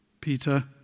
Peter